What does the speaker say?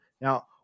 Now